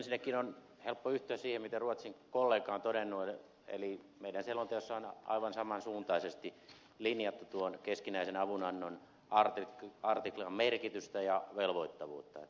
ensinnäkin on helppo yhtyä siihen mitä ruotsin kollega on todennut eli meidän selonteossamme on aivan samansuuntaisesti linjattu tuon keskinäisen avunannon artiklan merkitystä ja velvoittavuutta